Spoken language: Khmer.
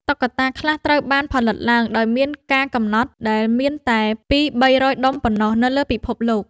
តុក្កតាខ្លះត្រូវបានផលិតឡើងដោយមានការកំណត់ ដែលមានតែពីរបីរយដុំប៉ុណ្ណោះនៅលើពិភពលោក។